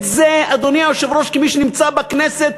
את זה, אדוני היושב-ראש, כמי שנמצא בכנסת,